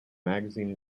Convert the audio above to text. magazine